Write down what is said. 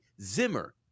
Zimmer